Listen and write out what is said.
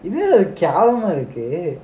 இது என்ன கேவலமா இருக்கு:idhu enna kevalamaa irukku